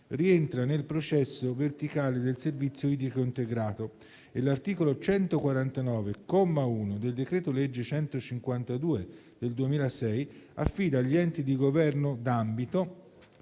rientra nel processo verticale del servizio idrico integrato e che l'articolo 149, comma 1, del decreto-legge n. 152 del 2006 affida agli enti di governo d'ambito